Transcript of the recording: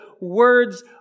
words